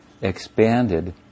expanded